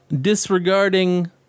disregarding